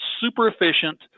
super-efficient